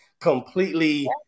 completely